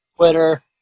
Twitter